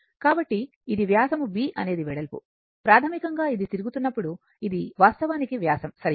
కాబట్టి ఇది వ్యాసం b అనేది వెడల్పు ప్రాథమికంగా ఇది తిరుగుతున్నప్పుడు ఇది వాస్తవానికి వ్యాసం సరైనది